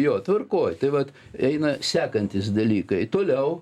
jo tvarkoj tai vat eina sekantys dalykai toliau